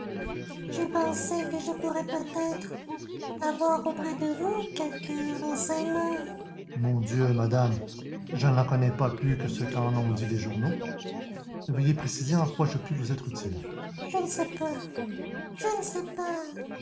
j'ai pensé que je pourrais peut-être avoir auprès de vous quelques renseignements mon dieu madame je n'en connais pas plus que ce qu'en ont dit les journaux veuillez préciser en quoi je puis vous être utile je ne sais pas je ne sais pas